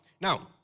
Now